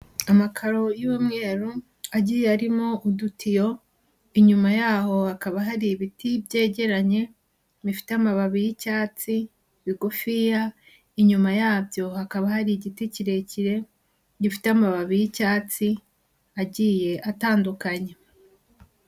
Amakaro y'umweru, agiye aririmo udutiyo, inyuma yaho hakaba hari ibiti byegeranye, bifite amababi y'icyatsi, bigufiya, inyuma yabyo hakaba hari igiti kirekire, gifite amababi y'icyatsi, agiye atandukanye.